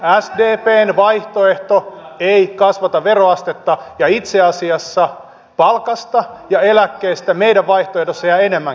sdpn vaihtoehto ei kasvata veroastetta ja itse asiassa palkasta ja eläkkeestä meidän vaihtoehdossamme jää enemmän käteen